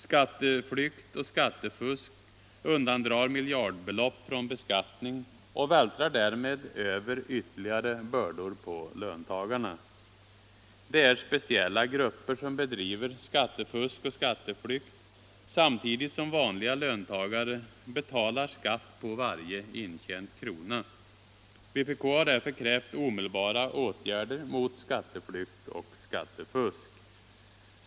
Skatteflykt och skattefusk undandrar miljardbelopp från beskattning och vältrar därmed över ytterligare bördor på löntagarna. Det är speciella grupper som bedriver skattefusk och skatteflykt samtidigt som vanliga löntagare betalar skatt på varje intjänt krona. Vpk har därför krävt omedelbara åtgärder mot skatteflykt och skattefusk.